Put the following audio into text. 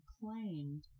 claimed